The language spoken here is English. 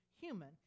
human